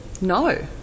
No